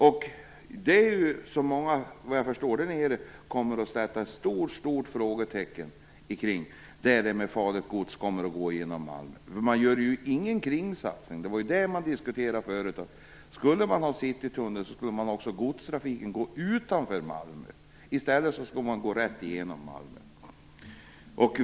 Såvitt jag förstår kommer många att sätta ett stort frågetecken för att farligt gods skall gå genom Malmö. Det görs ingen kringsatsning. Tidigare menade man att om man skulle ha en citytunnel, skulle godstrafiken gå utanför Malmö. Nu skall den i stället gå rätt igenom Malmö.